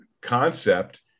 concept